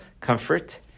comfort